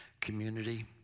community